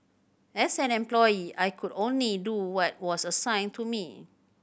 as an employee I could only do what was assigned to me